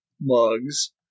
mugs